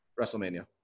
WrestleMania